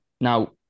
Now